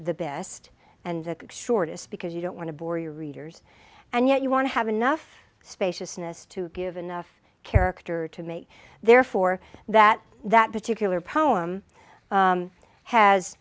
the best and the shortest because you don't want to bore your readers and yet you want to have enough spaciousness to give enough character to make therefore that that particular poem